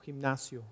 gimnasio